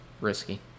risky